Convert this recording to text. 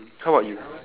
how about you